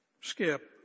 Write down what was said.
Skip